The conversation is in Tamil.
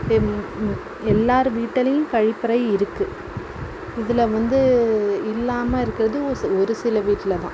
எல்லார் வீட்டுலையும் கழிப்பறை இருக்கு இதில் வந்து இல்லாமல் இருக்கிறது ஒ ஒரு சில வீட்டில் தான்